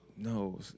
No